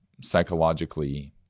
psychologically